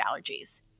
allergies